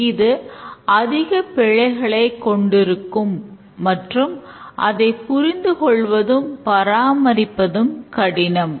இது அதிக பிழைகளைக் கொண்டிருக்கும் மற்றும் அதை புரிந்து கொள்வதும் பராமரிப்பதும் கடினம்